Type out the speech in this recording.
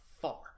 far